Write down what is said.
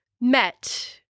met